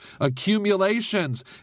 accumulations